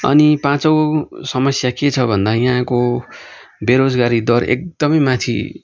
अनि पाँचौँ समस्या के छ भन्दा यहाँको बेरोजगारी दर एकदमै माथि